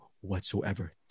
whatsoever